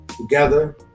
together